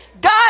God